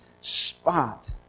spot